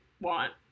want